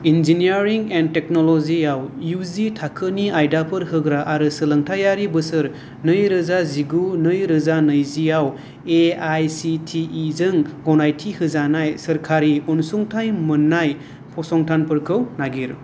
engineering and टेक्न'लजियाव इउजि थाखोनि आयदाफोर होग्रा आरो सोलोंथाइयारि बोसोर नैरोजा जिगु नैजियाव एआआइसिटिइ जों गनायथि होजाना य सोरखारि अनसुंथाइ मोननाय फसंथानफोरखौ नागिर